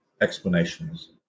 explanations